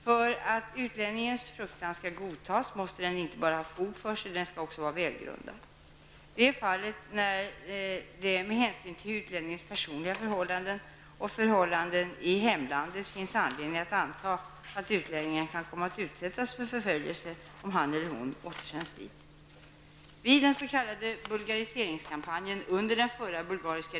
För att utlänningens fruktan skall godtas måste den inte bara ha fog för sig, utan den skall också vara välgrundad. Det är fallet när det med hänsyn till utlänningens personliga förhållanden och förhållandena i hemlandet finns anledning att anta att utlänningen kan komma att utsättas för förföljelse om han eller hon återsänds dit.